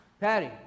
Patty